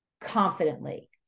confidently